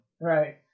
Right